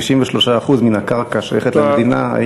93% מן הקרקע שייכות למדינה.